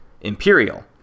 Imperial